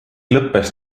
lõppes